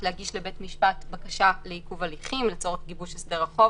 להגיש לבית המשפט בקשה לעיכוב הליכים לצורך גיבוש הסדר החוב.